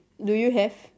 do you have